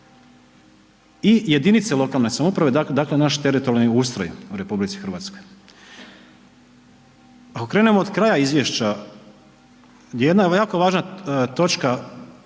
i jedinice lokalne samouprave dakle naš teritorijalni ustroj u RH. Ako krenemo od kraja izvješća, jedna evo jako važna točka